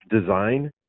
design